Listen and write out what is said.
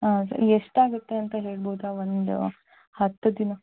ಹಾಂ ಸರಿ ಎಷ್ಟು ಆಗುತ್ತೆ ಅಂತ ಹೇಳ್ಬೋದಾ ಒಂದು ಹತ್ತು ದಿನ